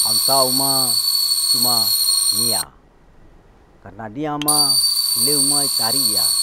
Am tau ma cuma niya, karna niya ma ileu mai tariya,